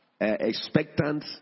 expectant